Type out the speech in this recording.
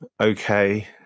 okay